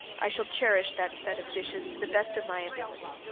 i shall cherish that set of dishes to the best of my ability,